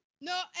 No